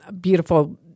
beautiful